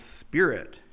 spirit